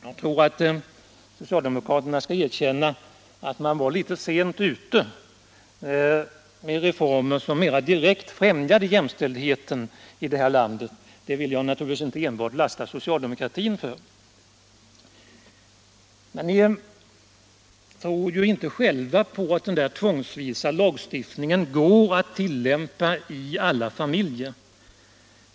Jag tror att socialdemokraterna skall erkänna att man var litet sent ute med reformer som mera direkt främjar jämställdheten i det här landet — det vill jag naturligtvis inte enbart lasta socialdemokratin för. Men ni tror ju inte själva på att tvångslagstiftningen går att tillämpa i alla familjer.